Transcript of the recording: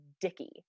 Dickie